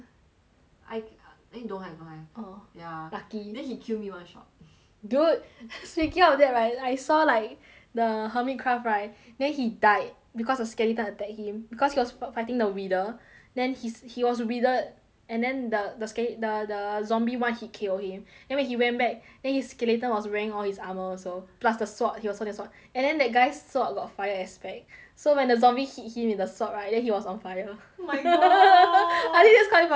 I eh don't have don't have orh ya lucky then he kill me one shot dude speaking of that right I saw like the hermit craft right then he died because a skeleton attacked him because he was fi~ fighting the wither then he's he was wither and then the the skele~ the the zombie [one] he hit kill him then when he went back then his skeleton was wearing all his armour also plus the sword he also the sword and then that guy shirt got fire aspect so when the zombie hit him in the sword right then he was on fire oh my god I think it's quite funny leh